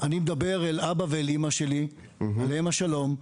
אל אבא ואל אימא שלי, עליהם השלום,